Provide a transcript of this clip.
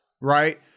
right